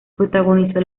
protagonizó